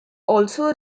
also